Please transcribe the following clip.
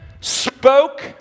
spoke